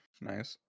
nice